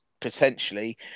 potentially